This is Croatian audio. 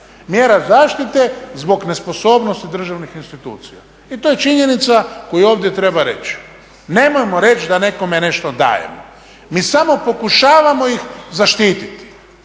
Mjera zaštite zbog nesposobnosti državnih institucija i to je činjenica koju ovdje treba reći. Nemojmo reći da nekome nešto dajemo, mi samo pokušavamo ih zaštititi,